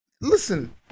listen